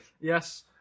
Yes